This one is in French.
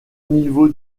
niveaux